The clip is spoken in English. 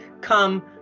come